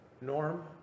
norm